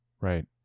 Right